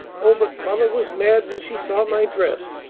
oh, but mother was mad when she saw my dress!